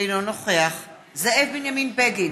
אינו נוכח זאב בנימין בגין,